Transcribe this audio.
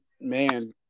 man